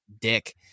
dick